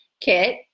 kit